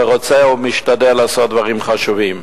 ורוצה ומשתדל לעשות דברים חשובים,